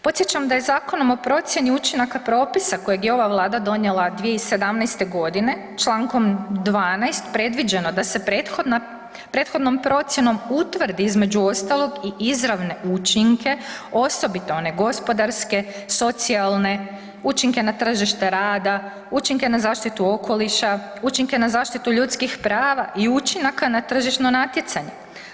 Podsjećam da je Zakonom o procjeni učinaka propisa kojeg je ova Vlada donijela 2017. godine čl. 12. predviđeno da se prethodnom procjenom utvrdi između ostalog i izravne učinke osobito one gospodarske, socijalne, učinke na tržište rada, učinke na zaštitu okoliša, učinke na zaštitu ljudskih prava i učinaka na tržišno natjecanje.